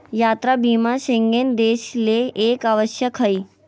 यात्रा बीमा शेंगेन देश ले एक आवश्यक हइ